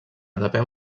depèn